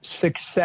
Success